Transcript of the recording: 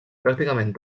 pràcticament